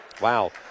Wow